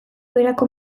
beherako